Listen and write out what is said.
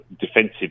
defensive